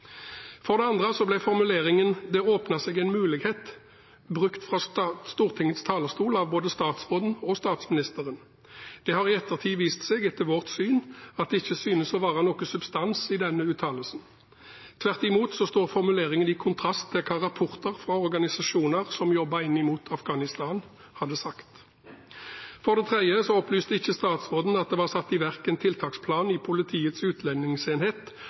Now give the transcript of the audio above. For det andre ble formuleringen «det åpnet seg en mulighet» brukt fra Stortingets talerstol av både statsråden og statsministeren. Det har i ettertid vist seg, etter vårt syn, at det ikke synes å være noen substans i denne uttalelsen. Tvert imot står formuleringen i kontrast til hva rapporter fra organisasjoner som jobber inn mot Afghanistan, hadde sagt. For det tredje opplyste ikke statsråden om at det var satt i verk en tiltaksplan i Politiets utlendingsenhet